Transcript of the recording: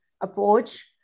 approach